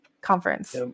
conference